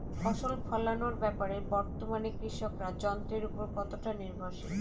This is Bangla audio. ফসল ফলানোর ব্যাপারে বর্তমানে কৃষকরা যন্ত্রের উপর কতটা নির্ভরশীল?